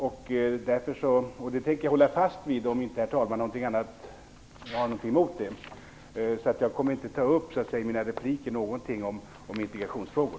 Jag tänker, om inte herr talmannen har något emot det, också hålla fast vid detta. Jag kommer därför i mina repliker inte att ta upp sådant som gäller integrationsfrågor.